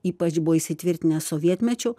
ypač buvo įsitvirtinęs sovietmečiu